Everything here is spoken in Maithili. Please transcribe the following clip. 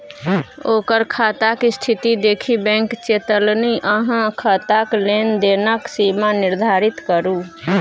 ओकर खाताक स्थिती देखि बैंक चेतोलनि अहाँ खाताक लेन देनक सीमा निर्धारित करू